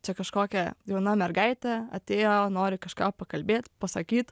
čia kažkokia jauna mergaitė atėjo nori kažką pakalbėt pasakyt